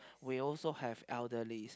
we also have elderly